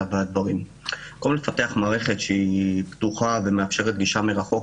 --- במקום לפתח מערכת שהיא פתוחה ומאפשרת גישה מרחוק,